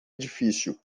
edifício